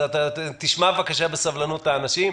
תשמע בבקשה בסבלנות את האנשים.